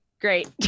Great